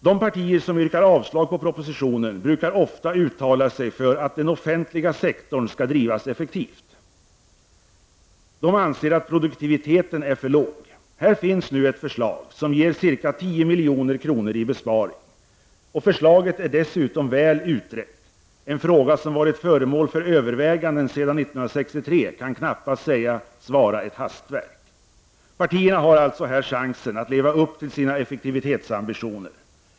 De partier som yrkar avslag på propositionen brukar ofta uttala sig för att den offentliga sektorn skall drivas effektivt. De anser att produktiviteten är för låg. Här finns nu ett förslag som ger ca 10 milj.kr. i besparing. Förslaget är dessutom väl utrett — en fråga som varit föremål för överväganden sedan 1963 kan knappast sägas vara ett hastverk. Partierna har alltså chansen att leva upp till sina effektivitetsambitioner.